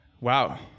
Wow